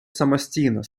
самостійно